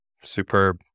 superb